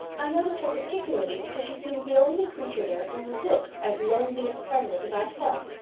i noticed her particularly because she seemed the only creature there who looked as lonely and friendless as i felt.